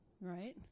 right